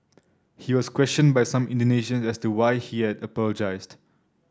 he was questioned by some Indonesian as to why he had apologised